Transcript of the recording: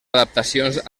adaptacions